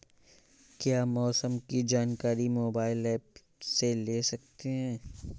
क्या मौसम की जानकारी मोबाइल ऐप से ले सकते हैं?